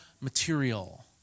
material